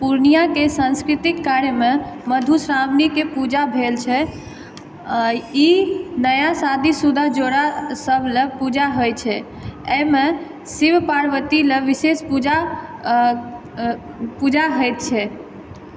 पूर्णिया के सांस्कृतिक कार्य मे मधुश्रावणी के पूजा भेल छै ई नया शादी सुदा जोड़ा सभ लए पूजा होइ छै एहिमे शिव पार्वती लए विशेष पूजा होइत छै